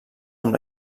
amb